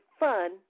fun